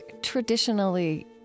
traditionally